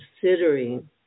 considering